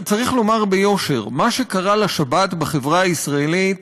צריך לומר ביושר: מה שקרה לשבת בחברה הישראלית